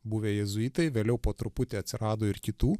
buvę jėzuitai vėliau po truputį atsirado ir kitų